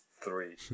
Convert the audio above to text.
three